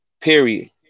period